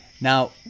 Now